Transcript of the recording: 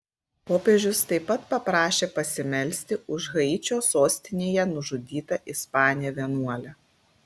popiežius taip pat paprašė pasimelsti už haičio sostinėje nužudytą ispanę vienuolę